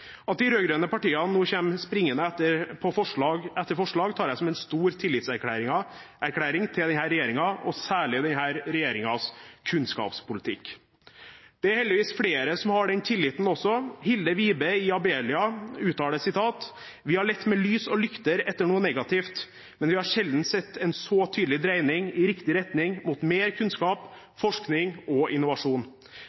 At de rød-grønne partiene nå kommer springende etter på forslag etter forslag, tar jeg som en stor tillitserklæring til denne regjeringen og særlig denne regjeringens kunnskapspolitikk. Det er heldigvis flere som også har den tilliten: Hilde Wibe i Abelia uttaler: «Vi har lett med lys og lykte etter noe negativt, men vi har sjelden sett en så tydelig dreining i riktig retning mot mer kunnskap,